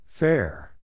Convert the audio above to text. Fair